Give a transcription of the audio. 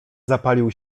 zapalił